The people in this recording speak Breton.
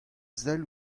sell